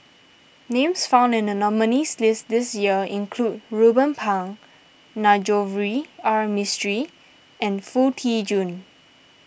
names found in the nominees' list this year include Ruben Pang Navroji R Mistri and Foo Tee Jun